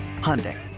Hyundai